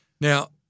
now